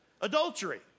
Adultery